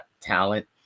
talent